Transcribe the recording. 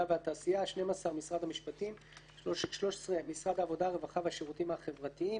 והתעשייה 12. משרד המשפטים 13. משרד העבודה הרווחה והשירותים החברתיים